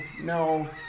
No